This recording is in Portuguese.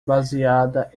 baseada